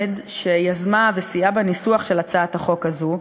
שיזמה וסייעה בניסוח של הצעת החוק הזו.